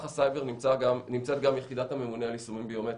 הסייבר נמצאת גם יחידת הממונה על יישומים ביומטריים.